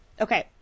Okay